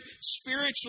spiritually